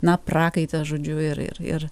na prakaitas žodžiu ir ir ir